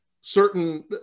certain